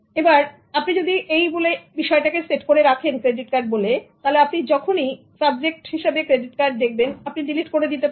সুতরাং আপনি যেই দেখবেন সাবজেক্ট ক্রেডিট কার্ড তৎক্ষণাৎ আপনি ডিলিট করে দিতে পারেন